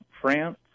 France